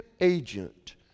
agent